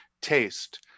taste